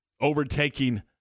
overtaking